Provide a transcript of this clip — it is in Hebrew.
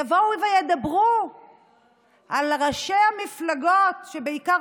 יבואו וידברו על ראשי המפלגות שבעיקר